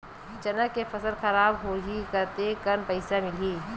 चना के फसल खराब होही कतेकन पईसा मिलही?